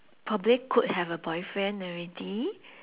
probably could have a boyfriend already